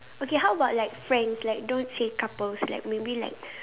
okay how about like friends like don't say couples like maybe like